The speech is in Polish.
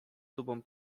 tubą